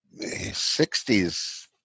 60s